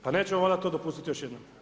Pa nećemo valjda to dopustiti još jednom?